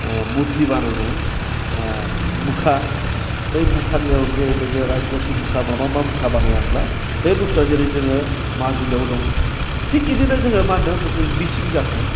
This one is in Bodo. मुरथि बानायनाय मुखा बै मुखा रायखसनि मुखा माबा माबा मुखा बानाया होमब्ला बे बुसथुया जेरै जोङो माजुलियाव दं थिख बिदिनो जोङो मा होनगोन जोङो मिसिं जाथि